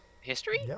History